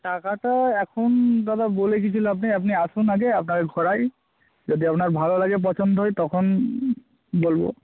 টাকাটা এখন দাদা বলে কিছু লাভ নেই আপনি আসুন আগে আপনাকে ঘোরাই যদি আপনার ভালো লাগে পছন্দ হয় তখন বলব